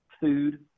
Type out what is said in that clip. food